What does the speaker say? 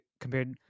compared